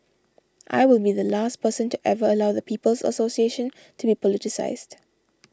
I will be the last person to ever allow the People's Association to be politicised